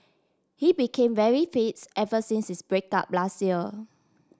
he became very fits ever since his break up last year